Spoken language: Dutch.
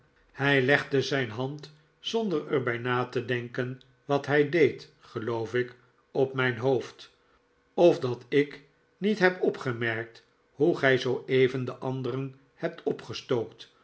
hij legde zijn hand zonder er bij te denken wat hij deed geloof ik op mijn hoofd of dat ik niet heb opgemerkt hoe gij zooeven de anderen hebt opgestookt